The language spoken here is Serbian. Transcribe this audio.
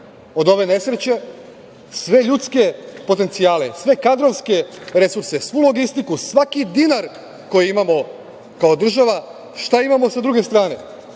od ove nesreće, sve ljudske potencijale, sve kadrovske resurse, svu logistiku, svaki dinar koji imamo kao država, šta imamo sa druge strane?